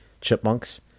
chipmunks